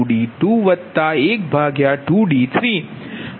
15120